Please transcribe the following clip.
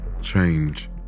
change